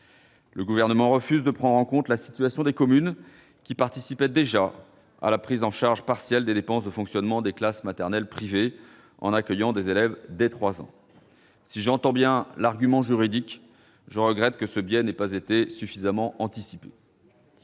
Le Gouvernement refuse ainsi de prendre en compte la situation des communes qui participaient déjà à la prise en charge partielle des dépenses de fonctionnement des classes maternelles privées, en accueillant des élèves dès 3 ans. Si j'entends l'argument juridique, je regrette que ce biais n'ait pas été suffisamment anticipé.